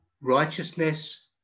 righteousness